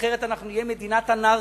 אחרת נהיה מדינת אנרכיה.